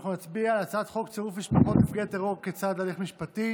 אנחנו נצביע על הצעת חוק צירוף משפחות נפגעי טרור כצד להליך משפטי